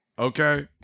Okay